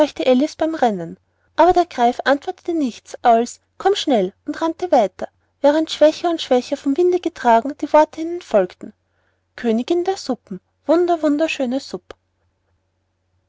bei'm rennen aber der greif antwortete nichts als komm schnell und rannte weiter während schwächer und schwächer vom winde getragen die worte ihnen folgten kö önigin der su